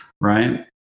right